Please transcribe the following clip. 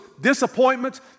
disappointments